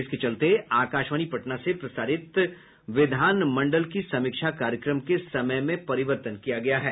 इसके चलते आकाशवाणी पटना से प्रसारित विधान मंडल की समीक्षा कार्यक्रम के समय में परिवर्तन किया गया है